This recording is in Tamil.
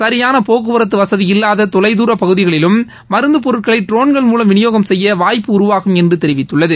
சரியான போக்குவரத்து வசதி இல்வாத தொலைதூர பகுதிகளிலும் மருந்து பொருட்களை ட்ரோன்கள் மூவம் விநியோகம் செய்ய வாய்ப்பு உருவாகும் என்று தெரிவித்துள்ளது